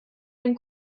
dem